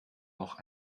noch